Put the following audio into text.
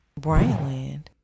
Brightland